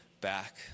back